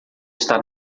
está